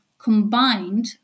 Combined